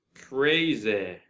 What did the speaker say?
Crazy